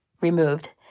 removed